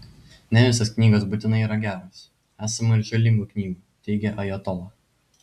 ne visos knygos būtinai yra geros esama ir žalingų knygų teigė ajatola